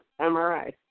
MRI